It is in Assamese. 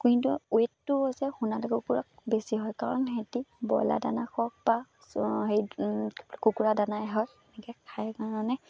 কিন্তু ৱেইটটো হৈছে সোণালী কুকুৰাৰ বেছি হয় কাৰণ সিহঁতি ব্ৰইলাৰ দানা হওক বা হেৰি কুকুৰা দানাই হয় এনেকৈ খায় কাৰণে